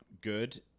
good